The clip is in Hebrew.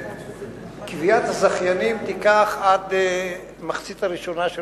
קביעת הזכיינים תיקח עד המחצית הראשונה של